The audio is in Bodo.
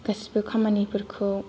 गासिबो खामानिफोरखौ